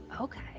Okay